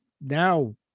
now